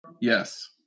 Yes